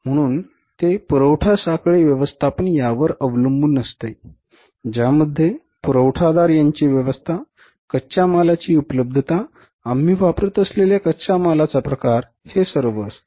म्हणून ते पुरवठा साखळी व्यवस्थापन यावर अवलंबून असते ज्यामध्ये पुरवठादार यांची व्यवस्था कच्च्या मालाची उपलब्धता आम्ही वापरत असलेल्या कच्च्या मालाचा प्रकार हे सर्व असते